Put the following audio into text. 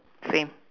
same